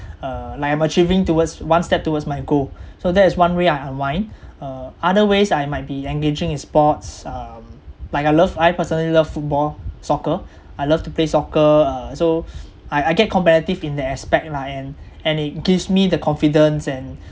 uh like I am achieving towards one step towards my goal so that is one way I unwind uh other ways I might be engaging in sports um like I love I personally love football soccer I love to play soccer uh so I I get competitive in that aspect lah and and it gives me the confidence and